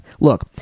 look